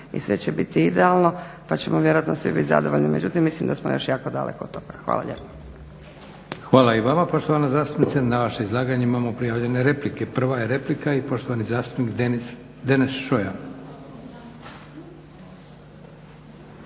i sve će biti idealno pa ćemo vjerojatno svi biti zadovoljni. Međutim mislim da smo svi još dosta daleko od svega toga. Hvala lijepa. **Leko, Josip (SDP)** Hvala i vama poštovana zastupnice. Na vaše izlaganje imamo prijavljene replike. Prva je replika i poštovani zastupnik Deneš Šoja.